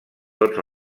tots